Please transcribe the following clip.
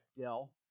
Dell